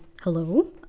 hello